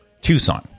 Tucson